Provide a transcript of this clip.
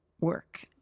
work